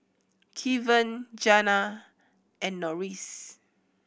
Keven Janna and Norris